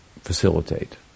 facilitate